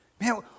Man